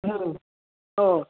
हो